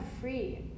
free